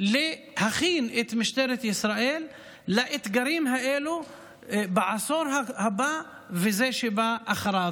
להכין את משטרת ישראל לאתגרים האלה בעשור הבא וזה שבא אחריו.